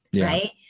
right